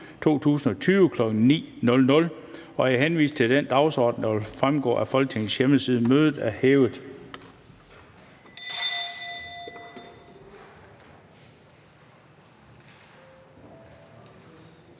2020, kl. 9.00. Jeg henviser til den dagsorden, der vil fremgå af Folketingets hjemmeside. Mødet er hævet.